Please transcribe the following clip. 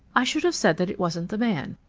i should have said that it wasn't the man.